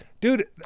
Dude